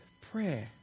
prayer